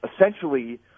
essentially